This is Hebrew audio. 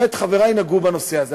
חברי נגעו בנושא הזה,